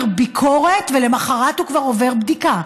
ביקורת ולמוחרת הוא כבר עובר בדיקה.